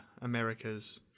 america's